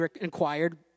inquired